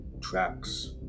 Tracks